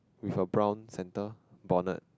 with a brown centre bonnet